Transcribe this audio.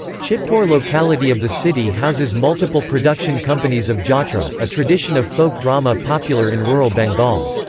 chitpur locality of the city houses multiple production companies of jatra, a tradition of folk drama popular in rural bengal.